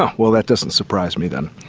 ah well, that doesn't surprise me then.